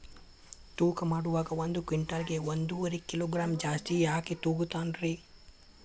ತೂಕಮಾಡುವಾಗ ಒಂದು ಕ್ವಿಂಟಾಲ್ ಗೆ ಒಂದುವರಿ ಕಿಲೋಗ್ರಾಂ ಜಾಸ್ತಿ ಯಾಕ ತೂಗ್ತಾನ ರೇ?